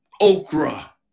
okra